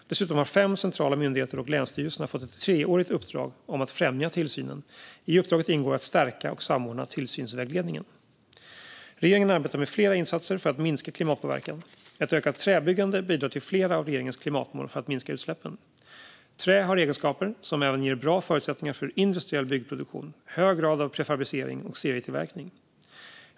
Dessutom har fem centrala myndigheter och länsstyrelserna fått ett treårigt uppdrag att främja tillsynen. I uppdraget ingår att stärka och samordna tillsynsvägledningen. Regeringen arbetar med flera insatser för att minska klimatpåverkan. Ett ökat träbyggande bidrar till flera av regeringens klimatmål för att minska utsläppen. Trä har egenskaper som även ger bra förutsättningar för industriell byggproduktion, hög grad av prefabricering och serietillverkning.